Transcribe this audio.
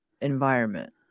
environment